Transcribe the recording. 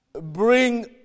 bring